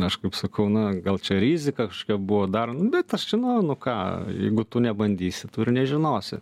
aš kaip sakau na gal čia rizika buvo dar bet aš žinojau nu ką jeigu tu nebandysi tu ir nežinosi